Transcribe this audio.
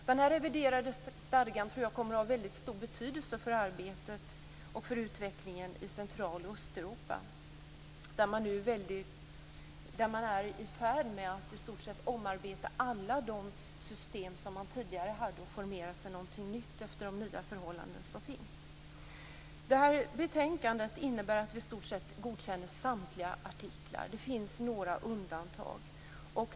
Den reviderade stadgan kommer att ha stor betydelse för arbetet och utvecklingen i Central och Östeuropa. Man är där i färd med att omarbeta alla de system som fanns tidigare och formera något nytt efter de nya förhållanden som råder. Betänkandet innebär att vi godkänner i stort sett samtliga artiklar. Det finns några undantag.